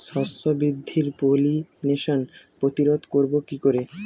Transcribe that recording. শস্য বৃদ্ধির পলিনেশান প্রতিরোধ করব কি করে?